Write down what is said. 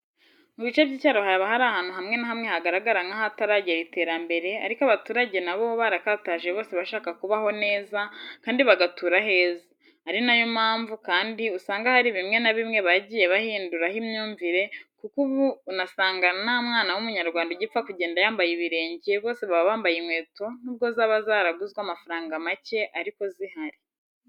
Mu bice by'icyaro haba hari ahandu hamwe na hamwe hagaragara nkahataragera iterambere ariko abaturage nabo barakataje bose bashaka kubaho neza kandi bagatura heza ari nayo mpamvu kandi usanga harii bimwe na bimwe bagiye bahindura ho imyumvire kuko uba unasanga nta mwana w'umunyarwanda ugipfa kugenda yambaye ibirenge bose baba bambaye inkweto nubwo zaba zaraguzwe amafaranga make ariko zihari.